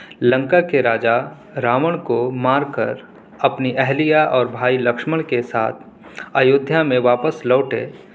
لنکا کے راجا راون کو مار کر اپنی اہلیہ اور بھائی لکشمن کے ساتھ ایودھیا میں واپس لوٹے